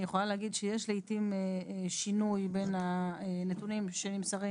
אני יכולה להגיד שיש שינוי בין הנתונים שנמסרים